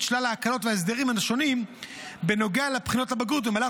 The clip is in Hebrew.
שלל ההקלות וההסדרים השונים בנוגע לבחינות הבגרות במהלך